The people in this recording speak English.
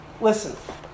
Listen